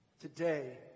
today